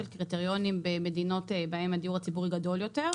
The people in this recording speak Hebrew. קריטריונים במדינות שבהן היקף הדיור הציבורי גדול יותר.